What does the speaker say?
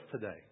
today